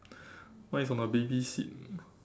mine is on a baby seat